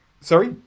Sorry